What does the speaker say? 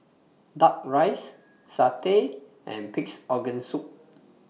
Duck Rice Satay and Pig'S Organ Soup